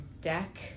deck